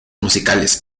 musicales